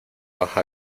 baja